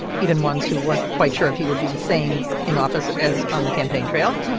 even ones who weren't quite sure if he would be the same in office as on the campaign trail.